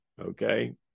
Okay